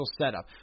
setup